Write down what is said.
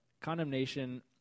condemnation